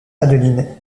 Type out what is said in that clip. adeline